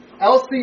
Elsie